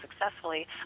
successfully